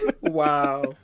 wow